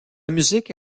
musique